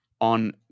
on